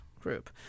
group